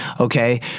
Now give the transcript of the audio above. okay